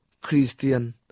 Christian